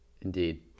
Indeed